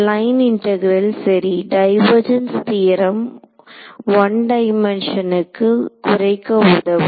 line integral சரி divergence theorem ஒன்னு டைமென்ஷனுக்கு குறைக்க உதவும்